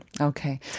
Okay